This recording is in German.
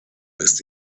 ist